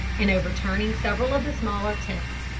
and overturning several of the smaller tents.